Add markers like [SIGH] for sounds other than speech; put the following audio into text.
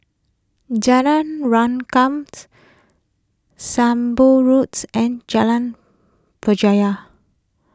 Jalan Rengkam [NOISE] Sembong Road [NOISE] and Jalan Berjaya